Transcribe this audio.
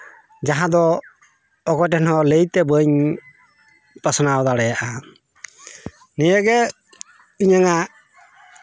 ᱡᱟᱦᱟᱸ ᱫᱚ ᱚᱠᱚᱭ ᱴᱷᱮᱱ ᱦᱚᱸ ᱞᱟᱹᱭᱛᱮ ᱵᱟᱹᱧ ᱯᱟᱥᱱᱟᱣ ᱫᱟᱲᱮᱭᱟᱜᱼᱟ ᱱᱤᱭᱟᱹᱜᱮ ᱤᱧᱟᱹᱝ ᱟᱜ